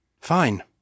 Fine